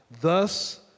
Thus